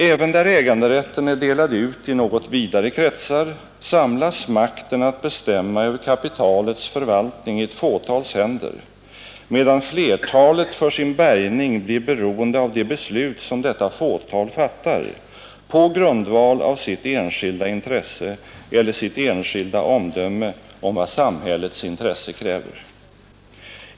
Även där äganderätten är delad ut i något vidare kretsar, samlas makten att bestämma över kapitalets förvaltning i ett fåtals händer, medan flertalet för sin bärgning blir beroende av de beslut, som detta fåtal fattar på grundval av sitt enskilda intresse eller sitt enskilda omdöme om vad samhällets intresse kräver.